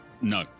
No